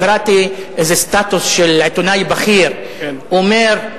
קראתי איזה סטטוס של עיתונאי בכיר, הוא אומר: